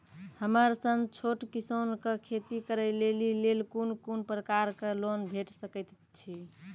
हमर सन छोट किसान कअ खेती करै लेली लेल कून कून प्रकारक लोन भेट सकैत अछि?